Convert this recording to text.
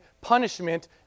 punishment